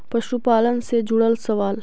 पशुपालन से जुड़ल सवाल?